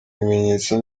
ibimenyetso